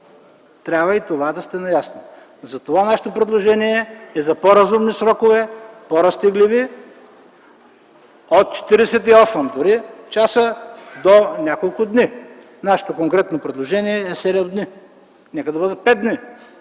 Трябва и с това да сте наясно! Затова нашето предложение е за по-разумни срокове, по-разтегливи, от 48 часа до няколко дни. Нашето конкретно предложение е седем дни. Нека да бъдат пет дни,